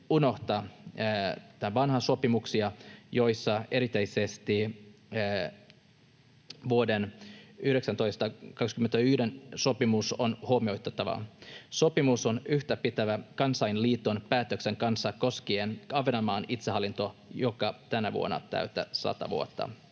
unohdeta vanhempia sopimuksia, joista erityisesti vuoden 1921 sopimus on huomioonotettava. Sopimus on yhtäpitävä Kansainliiton päätöksen kanssa koskien Ahvenanmaan itsehallintoa, joka tänä vuonna täyttää sata vuotta.